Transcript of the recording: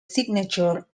signature